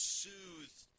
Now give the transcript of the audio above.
soothed